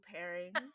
pairings